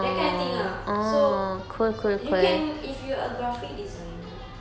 that kind of thing ah so you can if you're a graphic designer